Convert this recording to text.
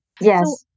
Yes